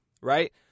Right